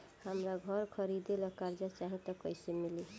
हमरा घर खरीदे ला कर्जा चाही त कैसे मिली?